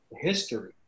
history